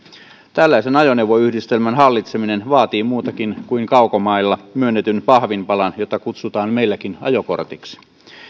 tällaisen ajoneuvoyhdistelmän hallitseminen vaatii muutakin kuin kaukomailla myönnetyn pahvinpalan jota kutsutaan meilläkin ajokortiksi